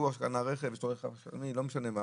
שהוא קנה רכב, יש לו רכב שני, לא משנה מה,